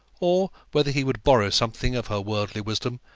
or whether he would borrow something of her worldly wisdom,